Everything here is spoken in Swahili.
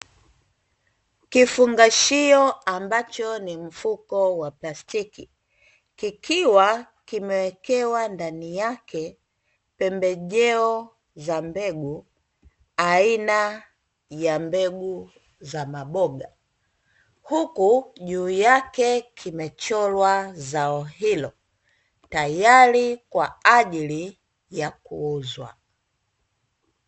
Kifungashio ambacho ni mfuko wa plastiki, kikiwa kimewekewa ndani yake pembejeo za mbegu aina ya mbegu za maboga, huku juu yake kimechorwa zao hilo; tayari kwa ajili ya kuuzwa.